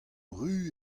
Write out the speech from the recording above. ruz